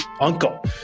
uncle